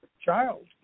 child